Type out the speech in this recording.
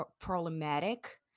problematic